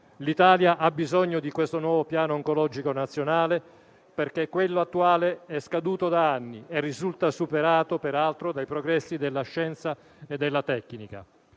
L'Italia ha bisogno di questo nuovo Piano oncologico nazionale, perché quello attuale è scaduto da anni e risulta superato peraltro dai progressi della scienza e della tecnica.